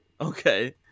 okay